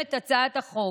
מקודמת הצעת החוק.